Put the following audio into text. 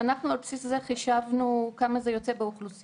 ואנחנו על הבסיס הזה חישבנו כמה זה יוצא באוכלוסייה.